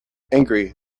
angry